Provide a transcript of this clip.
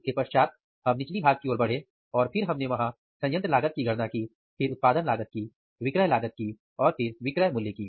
इसके पश्चात हम निचली भाग की ओर बढ़े और फिर हमने वहां संयंत्र लागत की गणना की फिर उत्पादन लागत की विक्रय लागत की और फिर विक्रय मूल्य की